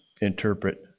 interpret